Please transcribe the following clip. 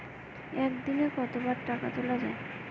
একদিনে কতবার টাকা তোলা য়ায়?